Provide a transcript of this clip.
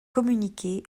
communiquer